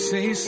Say